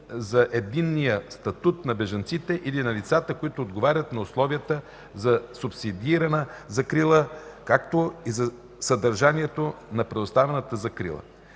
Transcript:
за единния статут на бежанците или на лицата, които отговарят на условията за субсидиарна закрила, както и за съдържанието на предоставената закрила